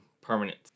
Permanent